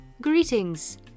greetings